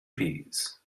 peas